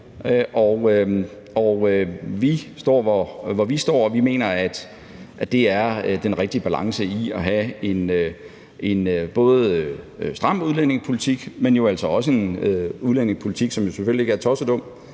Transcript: vi står, hvor vi står. Vi mener, at der er den rigtige balance i forhold til at have både en stram udlændingepolitik, men jo altså også en udlændingepolitik, som selvfølgelig ikke er tossedum,